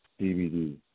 DVD